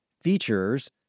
features